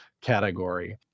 category